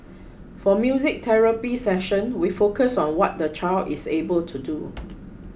for music therapy session we focus on what the child is able to do